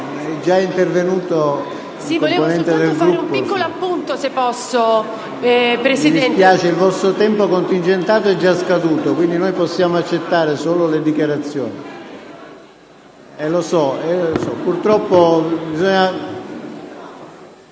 Mi dispiace, ma il vostro tempo contingentato è già scaduto, quindi noi possiamo accettare solo le dichiarazioni